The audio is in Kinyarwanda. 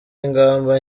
ingamba